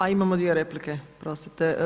A imamo dvije replike, oprostite.